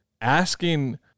asking